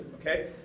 okay